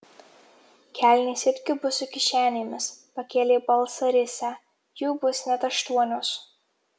kelnės irgi bus su kišenėmis pakėlė balsą risią jų bus net aštuonios